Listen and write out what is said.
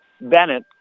Bennett